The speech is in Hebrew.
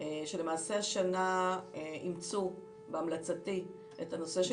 שלמעשה השנה אימצו בהמלצתי את הנושא של